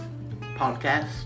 podcast